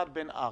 השני בן ארבע,